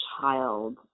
child